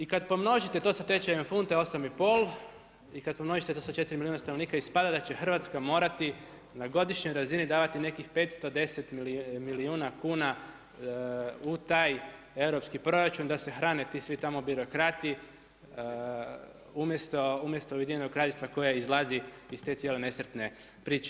I kad pomnožite to sa tečajem funte 8 i pol i kad pomnožite to sa 4 i pol milijuna stanovnika ispada da će Hrvatska morati na godišnjoj razini davati nekih 510 milijuna kuna u taj europski proračun da se hrane ti svi tamo birokrati umjesto Ujedinjenog Kraljevstva koje izlazi iz te cijele nesretne priče.